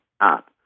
up